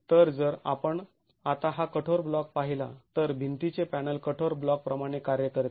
तर जर आपण आता हा कठोर ब्लॉक पाहिला तर भिंतीचे पॅनल कठोर ब्लॉक प्रमाणे कार्य करते